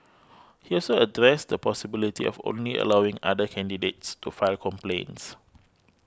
he also addressed the possibility of only allowing other candidates to file complaints